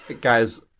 Guys